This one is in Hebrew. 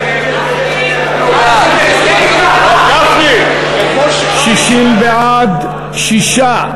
(הארכת כהונה של הרבנים הראשיים לישראל) (הוראת שעה),